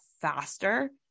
faster